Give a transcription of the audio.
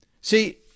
See